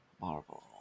Marvel